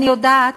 אני יודעת